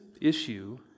issue